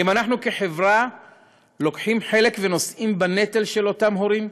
האם אנחנו כחברה לוקחים חלק ונושאים בנטל של אותם הורים?